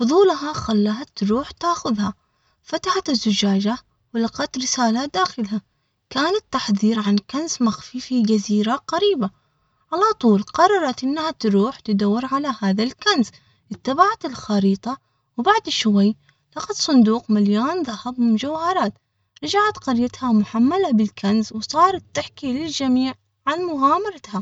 فضولها خلاها تروح تاخذها. فتحت الزجاجة ولقت رسالة داخلها كان التحضير عن كنز مخفي في الجزيرة، قريبة على طول قررت إنها تروح تدور على هذا الكنز اتبعت الخريطة وبعد شوي لقت صندوق مليان ذهب مجوهرات رجعت قريتها.